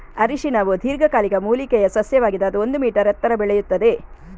ಅರಿಶಿನವು ದೀರ್ಘಕಾಲಿಕ ಮೂಲಿಕೆಯ ಸಸ್ಯವಾಗಿದ್ದು ಅದು ಒಂದು ಮೀ ಎತ್ತರ ಬೆಳೆಯುತ್ತದೆ